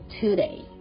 today